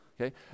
Okay